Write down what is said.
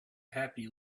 happy